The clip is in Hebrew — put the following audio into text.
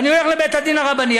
אני הולך לבית-הדין הרבני,